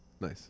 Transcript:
nice